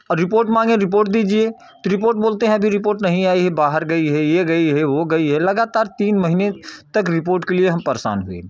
report मांगे report दीजिए तो रिपोर्ट बोलते हैं भी रिपोर्ट नहीं आई है बाहर गई है यह गई है वह गई है लगातार तीन महीने तक रिपोर्ट के लिए हम परेशान हुए